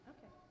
Okay